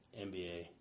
NBA